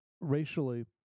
racially